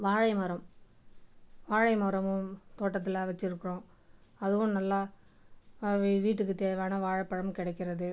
வாழை மரம் வாழை மரமும் தோட்டத்தில் வைச்சிருக்கிறோம் அதுவும் நல்லா வி வீட்டுக்கு தேவையான வாழைப்பழமும் கிடைக்கிறது